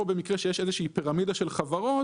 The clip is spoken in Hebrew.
או במקרה שיש איזושהי פירמידה של חברות,